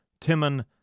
Timon